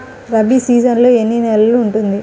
Rabi season ఎన్ని నెలలు ఉంటుంది?